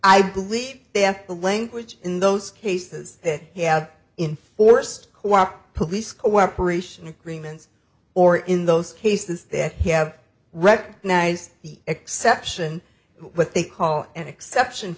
i believe they have a language in those cases that they have in forced co op police cooperation agreements or in those cases that have recognized the exception what they call an exception